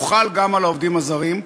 הוא חל גם על העובדים הזרים,